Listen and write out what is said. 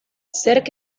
zerk